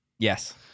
Yes